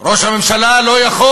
ראש הממשלה לא יכול